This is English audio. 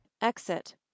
Exit